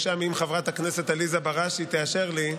אם חברת הכנסת עליזה בראשי תאשר לי,